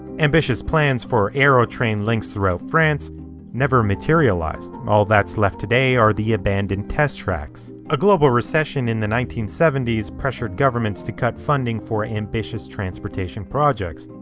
ambitious plans for aerotrain links throughout france never materialized. all that's left today are the abandoned test tracks. a global recession in the nineteen seventy s pressured governments to cut funding for ambitious transportation projects.